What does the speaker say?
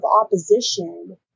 opposition